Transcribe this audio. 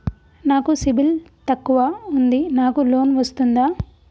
నాకు సిబిల్ తక్కువ ఉంది నాకు లోన్ వస్తుందా?